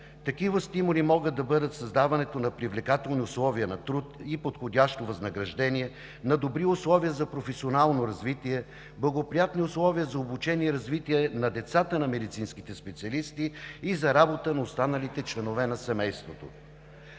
Такива стимули могат да бъдат създаването на привлекателни условия на труд и подходящо възнаграждение, добри условия за професионално развитие, благоприятни условия за обучение и развитие на децата на медицинските специалисти и за работа на останалите членове на семейството.